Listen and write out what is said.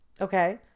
Okay